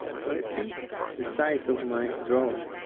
so let's see the size of my drawing,